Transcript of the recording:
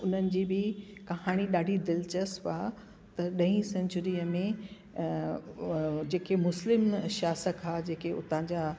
उन्हनि जी बि कहाणी ॾाढी दिलचस्प आहे त ॾह सैंचुरी में जेके मुस्लिम शासक हुआ जेके उता जा